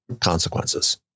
consequences